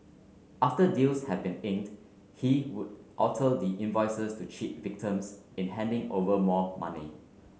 after deals had been inked he would alter the invoices to cheat victims in handing over more money